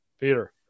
Peter